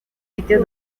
muchos